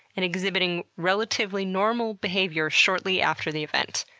and exhibiting relatively normal behavior shortly after the event.